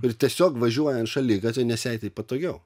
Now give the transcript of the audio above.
ir tiesiog važiuoja ant šaligatviai nes jai taip patogiau